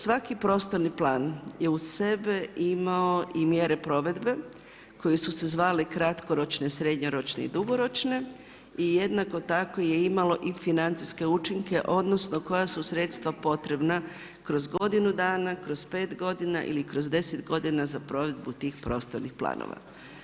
Svaki prostorni plan je uz sebe imao i mjere provedbe koje su se zvale kratkoročne, srednjoročne i dugoročne i jednako tako je imalo i financijske učinke odnosno, koja su sredstva potrebna kroz godinu dana, kroz pet godina ili kroz deset godina za provedbu tih prostornih planova.